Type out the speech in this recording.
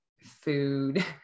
food